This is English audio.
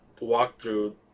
walkthrough